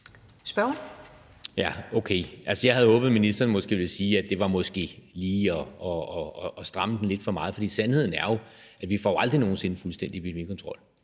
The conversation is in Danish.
Jørgensen (V): Ja, okay, altså jeg havde håbet, at ministeren ville sige, at det måske var lige at stramme den lidt for meget. For sandheden er jo, at vi aldrig nogen sinde får fuldstændig epidemikontrol,